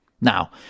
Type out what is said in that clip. Now